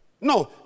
No